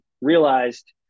realized